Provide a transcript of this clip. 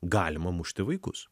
galima mušti vaikus